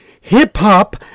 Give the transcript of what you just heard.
hip-hop